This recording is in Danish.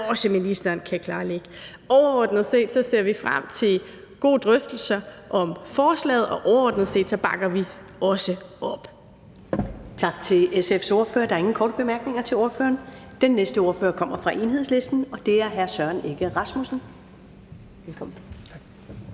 også ministeren kan klarlægge. Overordnet set ser vi frem til gode drøftelser af forslaget, og overordnet set bakker vi også op